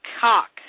cock